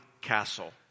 Castle